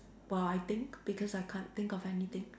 while I think because I can't think of anything